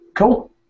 cool